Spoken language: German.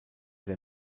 der